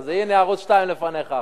אז הנה ערוץ-2 לפניך עכשיו.